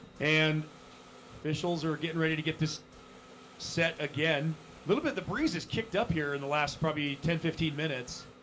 and officials are getting ready to get this set again a little bit. the breeze is kicked up here in the last probably ten fifteen minutes